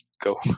go